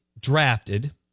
drafted